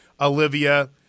Olivia